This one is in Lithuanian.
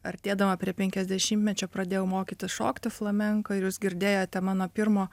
artėdama prie penkiasdešimtmečio pradėjau mokytis šokti flamenko ir jūs girdėjote mano pirmo